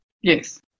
Yes